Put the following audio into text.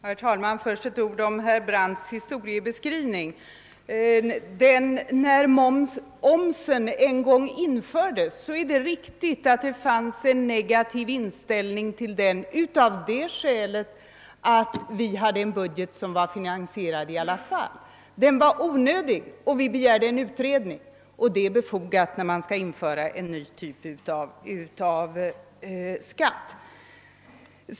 Herr talman! Först ett ord om herr Brandts historieskrivning. När omsen en gång infördes, är det riktigt, att det fanns en negativ inställning, men skälet var, att vi hade en budget som var finansierad i alla fall. Omsen var onödig, och vi begärde en utredning, och det är befogat, när man skall införa en ny typ av skatt.